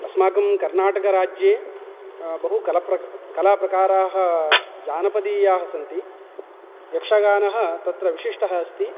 अस्माकं कर्नाटकराज्ये बहुकल कलाप्रकाराः जानपदीयाः सन्ति यक्षगानः तत्र विशिष्टः अस्ति